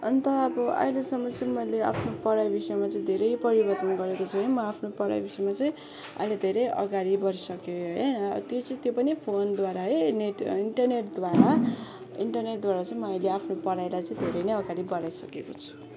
अन्त अब अहिलेसम्म चाहिँ मैले आफ्नो पढाइ विषयमा चाहिँ धेरै परिवर्तन गरेको छु है म आफ्नो पढाइ विषयमा चाहिँ अहिले धेरै अगाडि बढिसकेँ है त्यो चाहिँ त्यो पनि फोनद्वारा है नेट इन्टरनेटद्वारा इन्टरनेटद्वारा चाहिँ मैले आफ्नो पढाइलाई चाहिँ धेरै नै अगाडि बढाइसकेको छु